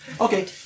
Okay